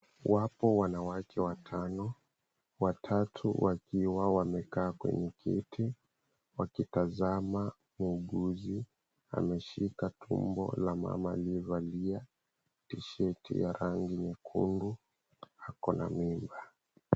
Wapo wanawake watano, watatu wakiwa wamekaa kwenye kiti wakitazama muuguzi ameshika tumbo la mama aliyevalia t-shirt ya rangi nyekundu, ako na mimba.